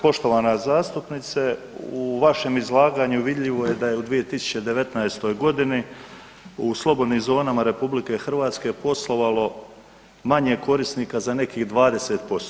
Poštovana zastupnice, u vašem izlaganju vidljivo je da je u 2019. g. u slobodnim zonama RH poslovalo manje korisnika za nekih 20%